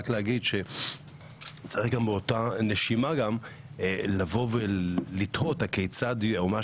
רק להגיד שצריך גם באותה נשימה לתהות יועמ"ש